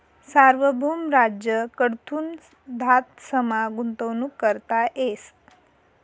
सार्वभौम राज्य कडथून धातसमा गुंतवणूक करता येस